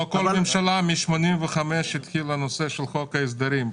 לא כל ממשלה, מ-1985 התחיל הנושא של חוק ההסדרים.